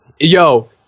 Yo